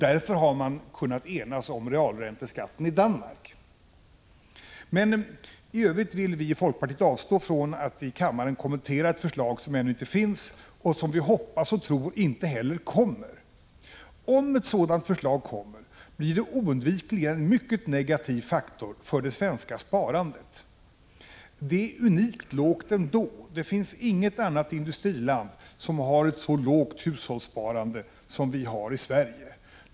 Därför har man kunnat enas om en realränteskatt i Danmark. Men i övrigt vill vi i folkpartiet avstå från att i kammaren kommentera ett förslag som ännu inte finns och som vi hoppas och tror inte heller kommer. Om ett sådant förslag kommer, blir det oundvikligen en mycket negativ faktor för det svenska sparandet. Det är unikt lågt ändå. Det finns inget annat industriland som har så lågt hushållssparande som vi har i Sverige.